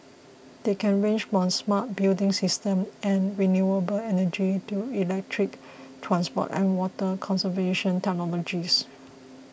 they can range from smart building systems and renewable energy to electric transport and water conservation technologies